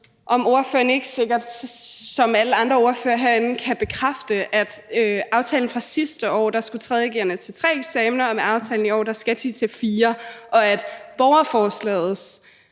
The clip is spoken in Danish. om ordføreren ikke som alle andre ordførere herinde kan bekræfte, at ifølge aftalen fra sidste år skulle 3. g'erne til tre eksamener, og med aftalen i år skal de til fire, og at borgerforslaget